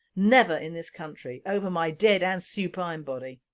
never in this country, over my dead and supine body.